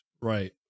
Right